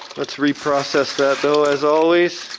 let's reprocess that though, as always.